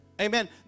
Amen